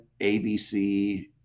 ABC